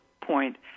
point